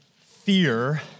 fear